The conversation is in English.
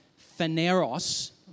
phaneros